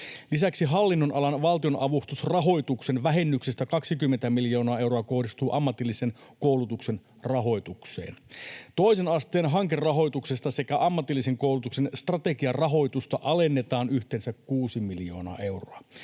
Lisäksi hallinnonalan valtionavustusrahoituksen vähennyksistä 20 miljoonaa euroa kohdistuu ammatillisen koulutuksen rahoitukseen. Toisen asteen hankerahoitusta sekä ammatillisen koulutuksen strategiarahoitusta alennetaan yhteensä 6 miljoonaa euroa.